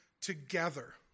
together